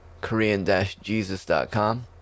korean-jesus.com